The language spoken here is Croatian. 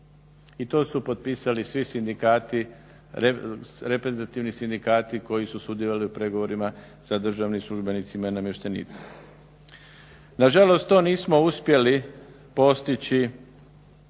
I to su potpisali svi sindikati reprezentativni sindikati koji su sudjelovali u pregovorima sa državnim službenicima i namještenicima. Nažalost to nismo uspjeli postići